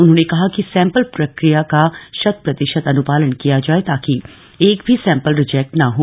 उन्होंने कहा कि सक्ष्पल प्रक्रिया का शतप्रतिशत अन्पालन किया जाये ताकि एक भी स्क्रपल रिजेक्ट न हो